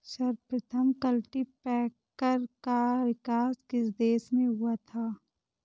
सर्वप्रथम कल्टीपैकर का विकास किस देश में हुआ था?